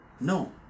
No